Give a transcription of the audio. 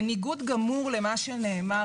בניגוד גמור למה שנאמר